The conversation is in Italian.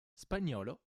spagnolo